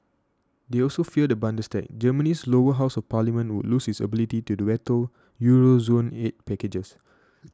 they also fear the Bundestag Germany's lower house of parliament would lose its ability to the veto Euro zone aid packages